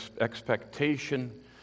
expectation